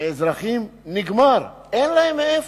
מאזרחים, נגמר, אין להם מאיפה.